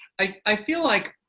i feel like,